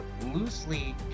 loosely